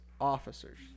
Officers